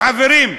חברים,